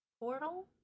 Portal